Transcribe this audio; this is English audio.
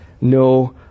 no